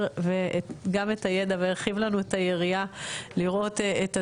גם את הידע והרחיב לנו את היריעה לראות את הדברים.